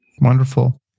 Wonderful